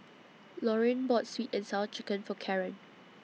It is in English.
Lauryn bought Sweet and Sour Chicken For Karen